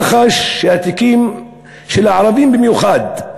מח"ש, תיקים של ערבים במיוחד,